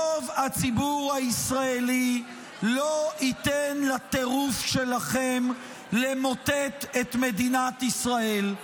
רוב הציבור הישראלי לא ייתן לטירוף שלכם למוטט את מדינת ישראל.